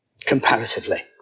comparatively